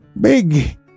big